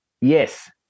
Yes